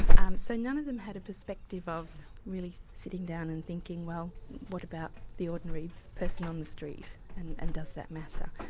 um so none of them had a perspective of really sitting down and thinking well what about the ordinary person on the street, and and does that matter?